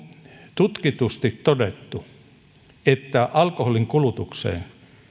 tutkitusti todettu että alkoholinkulutukseen